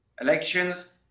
elections